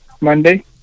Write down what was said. Monday